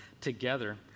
together